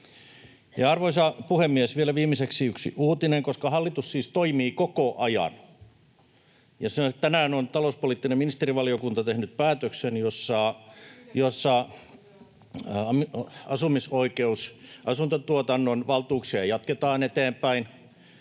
arvoisa puhemies, vielä viimeiseksi yksi uutinen, koska hallitus siis toimii koko ajan. Tänään on talouspoliittinen ministerivaliokunta tehnyt päätöksen, [Eveliina Heinäluoma: Ai yhdeksän